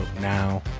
now